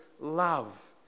love